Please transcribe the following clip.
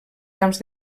camps